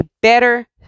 better